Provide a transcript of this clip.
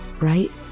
right